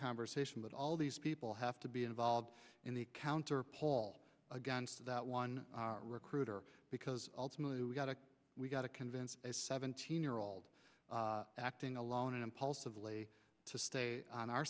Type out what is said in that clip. conversation but all these people have to be involved in the counter paul against that one recruiter because ultimately we got to we got to convince a seventeen year old acting alone impulsively to stay on our